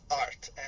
art